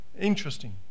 Interesting